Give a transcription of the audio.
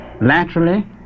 laterally